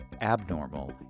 Abnormal